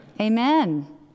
Amen